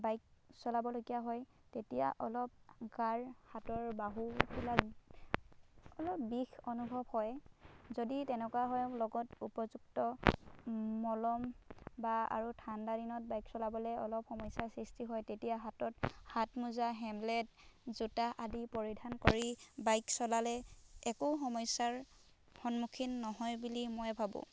bike চলাবলগীয়া হয় তেতিয়া অলপ গাৰ হাতৰ বাহুবিলাক অলপ বিষ অনুভৱ হয় যদি তেনেকুৱা হয় লগত উপযুক্ত মলম বা আৰু ঠাণ্ডা দিনত বাইক চলাবলে অলপ সমস্যাৰ সৃষ্টি হয় তেতিয়া হাতত হাতমোজা হেমলেট জোতা আদি পৰিধান কৰি বাইক চলালে একো সমস্যাৰ সন্মুখীন নহয় বুলি মই ভাবোঁ